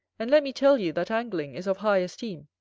and let me tell you, that angling is of high esteem,